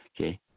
okay